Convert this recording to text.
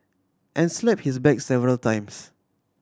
and slap his back several times